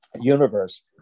universe